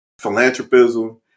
philanthropism